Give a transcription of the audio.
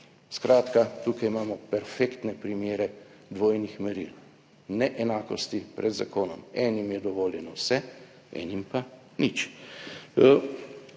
Skratka, tukaj imamo perfektne primere dvojnih meril, neenakosti pred zakonom. Enim je dovoljeno vse, enim pa nič.